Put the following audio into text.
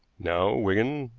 now, wigan,